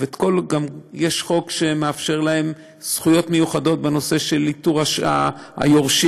יש חוק שמאפשר להם זכויות מיוחדות בנושא של איתור היורשים,